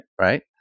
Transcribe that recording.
right